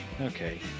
okay